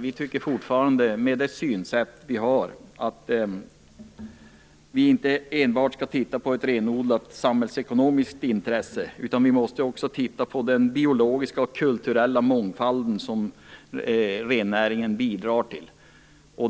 Vi tycker fortfarande att vi inte enbart skall titta på detta som ett renodlat samhällsekonomiskt intresse. Vi måste också titta på den biologiska och kulturella mångfald som rennäringen bidrar till.